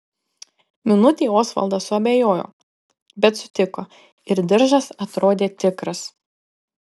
minutei osvaldas suabejojo bet sutiko ir diržas atrodė tikras